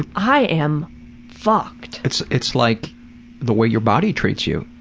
i am fucked! it's it's like the way your body treats you.